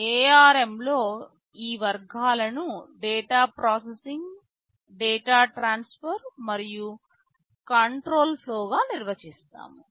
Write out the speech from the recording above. ARM లో ఈ వర్గాలను డేటా ప్రాసెసింగ్ డేటా ట్రాన్స్ఫర్ మరియు కంట్రోల్ ఫ్లో గా నిర్వచిస్తాము